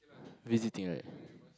visiting right